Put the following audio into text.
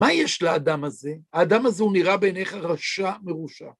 מה יש לאדם הזה? האדם הזה הוא נראה בעינייך רשע מרושע.